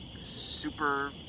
Super